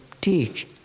teach